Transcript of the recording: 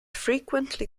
frequently